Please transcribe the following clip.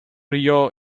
ryō